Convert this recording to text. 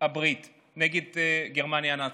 הברית נגד גרמניה הנאצית,